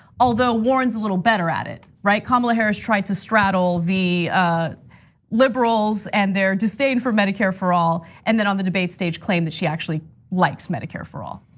although warren's a little better at it. right, kamala harris tried to straddle the liberals and their disdain for medicare for all. and then on the debate stage, claim that she actually likes medicare for all.